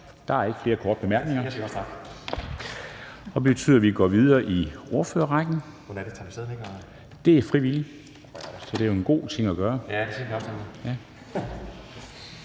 Der er ikke flere korte bemærkninger, og det betyder, at vi går videre i ordførerrækken. Det er frivilligt at spritte af – men det er en god ting at gøre.